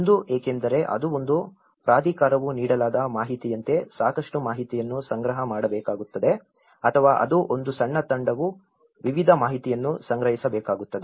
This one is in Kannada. ಒಂದು ಏಕೆಂದರೆ ಅದು ಒಂದು ಪ್ರಾಧಿಕಾರವು ನೀಡಲಾದ ಮಾಹಿತಿಯಂತೆ ಸಾಕಷ್ಟು ಮಾಹಿತಿಯನ್ನು ಸಂಗ್ರಹ ಮಾಡಬೇಕಾಗುತ್ತದೆ ಅಥವಾ ಅದು ಒಂದು ಸಣ್ಣ ತಂಡವು ವಿವಿಧ ಮಾಹಿತಿಯನ್ನು ಸಂಗ್ರಹಿಸಬೇಕಾಗುತ್ತದೆ